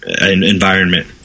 environment